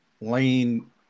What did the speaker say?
Lane